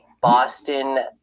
Boston